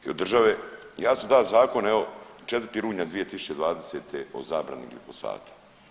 I od države, ja sam da zakon evo 4. rujna 2020. o zabrani glifosata.